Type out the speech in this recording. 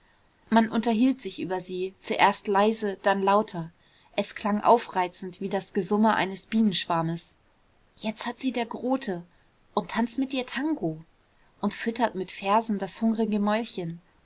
man unterhielt sich über sie zuerst leise dann lauter es klang aufreizend wie das gesumme eines bienenschwarmes jetzt hat sie der grote und tanzt mit ihr tango und füttert mit versen das hungrige mäulchen